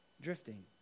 drifting